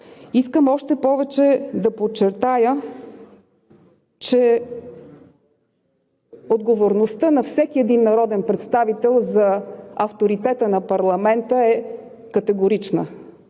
Искам още повече да подчертая, че отговорността на всеки един народен представител за авторитета на парламента е категорична.